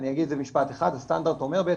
אומר במשפט אחד, הסטנדרט אומר,